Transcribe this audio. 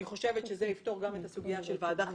אני חושבת שזה יפתור גם את הסוגיה של ועדה חיצונית.